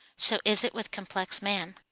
so is it with complex man.